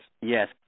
Yes